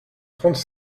trente